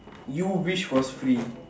you wish was free